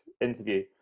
interview